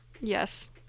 Yes